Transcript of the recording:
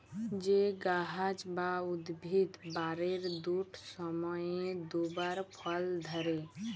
যে গাহাচ বা উদ্ভিদ বারের দুট সময়ে দুবার ফল ধ্যরে